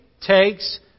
takes